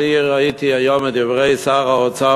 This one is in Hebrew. אני ראיתי היום את דברי שר האוצר,